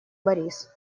борис